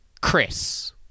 Chris